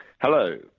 Hello